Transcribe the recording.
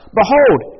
Behold